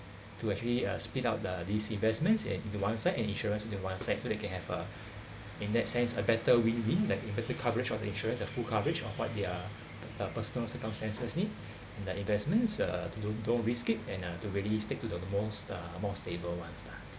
to actually uh split out the these investments at into one side and insurance into one side so they can have uh in that sense a better win win in like a better coverage of the insurance or full coverage of what their personal circumstances need the investments uh don't don't risk it and uh to really stick to the most uh more stable ones lah